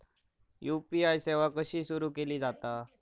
UPI सेवा कशी सुरू केली जाता?